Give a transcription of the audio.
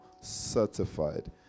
certified